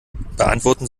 beantworten